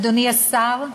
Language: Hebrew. אדוני השר,